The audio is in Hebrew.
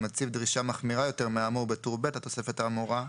המציב דרישה מחמירה יותר מהאמור בטור ב' לתוספת האמורה,